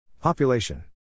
Population